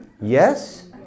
Yes